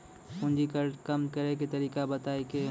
पूंजी कर कम करैय के तरीका बतैलकै